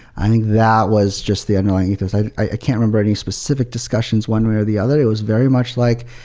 i think that was just the annoying ethos i i can't remember any specific discussions one way or the other. it was very much like,